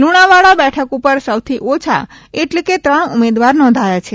લુણાવાડા બેઠક ઉપર સૌથી ઓછા એટલે કે ત્રણ ઉમેદવાર નોંધાયા છે